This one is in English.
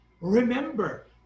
remember